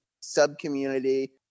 sub-community